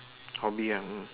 hobby ya mm